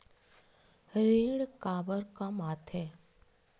ऋण काबर कम आथे?